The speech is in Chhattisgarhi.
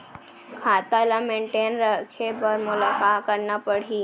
खाता ल मेनटेन रखे बर मोला का करना पड़ही?